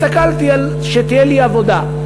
הסתכלתי שתהיה לי עבודה,